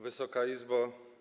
Wysoka Izbo!